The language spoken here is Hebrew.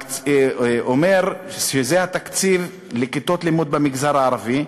שאומרת שזה התקציב לכיתות לימוד במגזר הערבי,